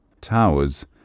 towers